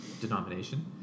denomination